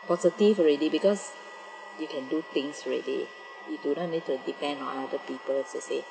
positive already because you can do things already you do not need to depend on other peoples you see